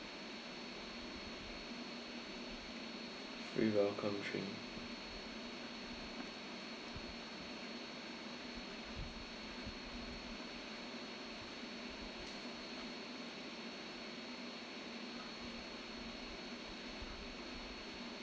free welcome drink